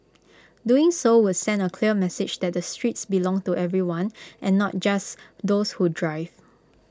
doing so would send A clear message that the streets belong to everyone and not just those who drive